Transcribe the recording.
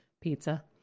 pizza